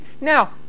Now